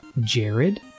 Jared